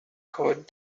chord